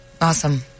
Awesome